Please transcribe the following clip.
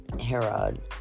Herod